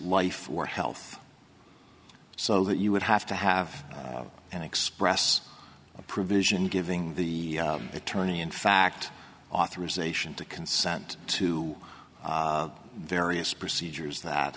life or health so that you would have to have an express provision giving the attorney in fact authorization to consent to various procedures that